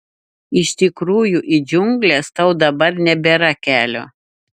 iš tikrųjų į džiungles tau dabar nebėra kelio